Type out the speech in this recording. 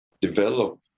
develop